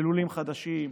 ללולים חדשים,